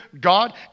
God